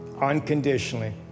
unconditionally